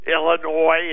Illinois